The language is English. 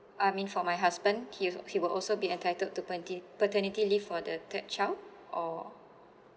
I mean for my husband he also he will also be entitled to twenty paternity leave for the third child or